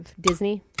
Disney